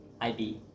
IB